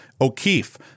O'Keefe